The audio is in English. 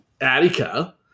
Attica